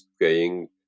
playing